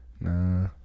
Nah